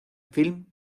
film